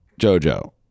JoJo